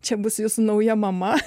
čia bus jūsų nauja mama